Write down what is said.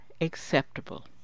acceptable